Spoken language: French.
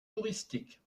touristique